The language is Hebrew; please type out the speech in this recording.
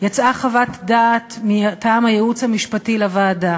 יצאה חוות דעת מטעם הייעוץ המשפטי לוועדה